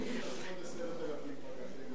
עוד 10,000 פקחי מס.